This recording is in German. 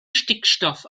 stickstoff